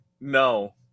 No